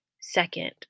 second